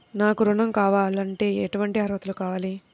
నాకు ఋణం కావాలంటే ఏటువంటి అర్హతలు కావాలి?